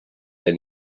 and